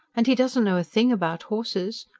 and he doesn't know a thing about horses.